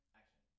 action